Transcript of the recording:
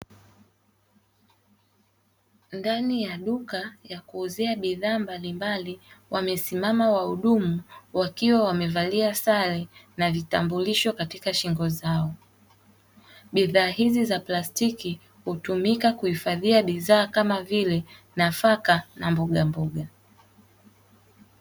Ndani ya duka la kuuzia bidhaa mbalimbali, wamesimama wahudumu wakiwa wamevalia sare na vitambulisho katika shingo zao. Bidhaa hizi za plastiki, hutumika kuhifadhia bidhaa kama vile, nafaka na mbogamboga.